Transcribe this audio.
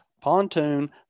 pontoon